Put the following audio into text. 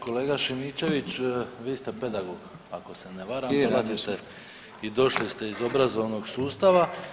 Kolega Šimičević vi ste pedagog ako se ne varam i došli ste iz obrazovnog sustava.